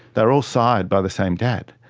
they were all sired by the same dad.